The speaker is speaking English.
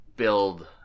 Build